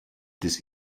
this